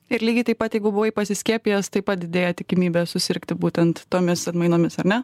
ir lygiai taip pat jeigu buvai pasiskiepijęs taip pat didėja tikimybė susirgti būtent tomis atmainomis ar ne